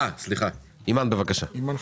אימאן, בבקשה.